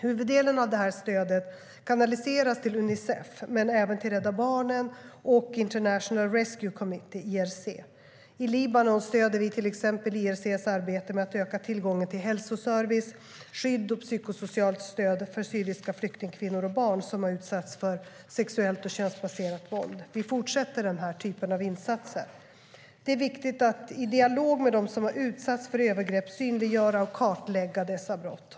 Huvuddelen av detta stöd kanaliseras till Unicef men även till Rädda Barnen och International Rescue Committee, IRC. I Libanon stöder vi till exempel IRC:s arbete med att öka tillgången till hälsoservice, skydd och psykosocialt stöd för syriska flyktingkvinnor och barn som har utsatts för sexuellt och könsbaserat våld. Vi fortsätter med denna typ av insatser. Det är viktigt att i dialog med dem som har utsatts för övergrepp synliggöra och kartlägga dessa brott.